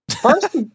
first